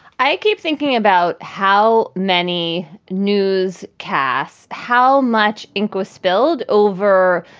i keep thinking about how many news casts, how much ink was spilled over,